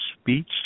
speech